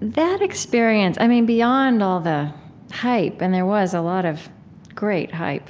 that experience i mean, beyond all the hype and there was a lot of great hype